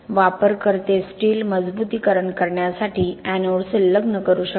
वापरकर्ते स्टील मजबुतीकरण करण्यासाठी एनोड संलग्न करू शकतात